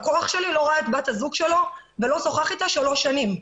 לקוח שלי לא ראה את בת הזוג שלו ולא שוחח איתה שלוש שנים.